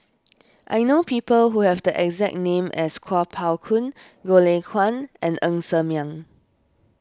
I know people who have the exact name as Kuo Pao Kun Goh Lay Kuan and Ng Ser Miang